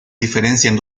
diferencian